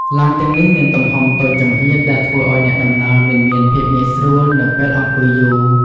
ឡានទាំងនេះមានទំហំតូចចង្អៀតដែលធ្វើឱ្យអ្នកដំណើរមិនមានភាពងាយស្រួលនៅពេលអង្គុយយូរ។